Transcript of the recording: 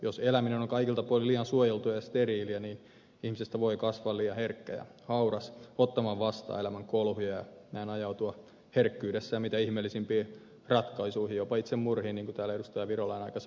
jos elämä on kaikilta puolin liian suojeltua ja steriiliä niin ihmisestä voi kasvaa liian herkkä ja hauras ottamaan vastaan elämän kolhuja ja näin voi ajautua herkkyydessään mitä ihmeellisimpiin ratkaisuihin jopa itsemurhiin niin kuin täällä ed